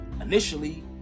Initially